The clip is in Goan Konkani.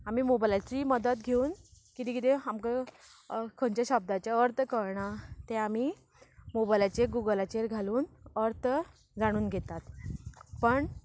आमी मोबायलाचीय मदत घेवन किदें किदें आमकां खंयच्या शब्दाचे अर्थ कळना ते आमी मोबायलाचेर गुगलाचेर घालून अर्थ जाणून घेतात पण